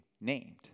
named